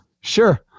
Sure